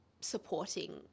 supporting